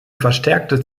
verstärkte